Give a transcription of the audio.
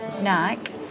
Nike